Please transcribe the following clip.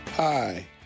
Hi